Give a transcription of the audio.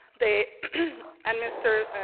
they administer,